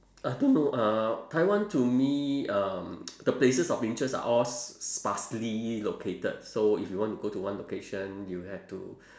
I don't know uh taiwan to me um the places of interest are all s~ sparsely located so if you want to go to one location you have to